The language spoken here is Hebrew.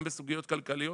גם בסוגיות כלכליות